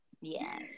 Yes